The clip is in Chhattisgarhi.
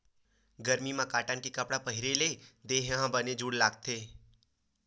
गरमी म कॉटन के कपड़ा ल पहिरे ले देहे ह बने जूड़ लागथे